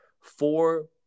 four